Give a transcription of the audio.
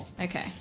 Okay